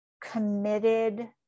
committed